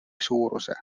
suuruse